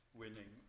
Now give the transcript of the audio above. winning